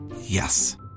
Yes